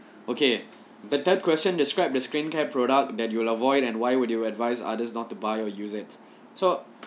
okay the third question describe the skin care product that you will avoid and why would you advise others not to buy or use it so